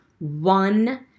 one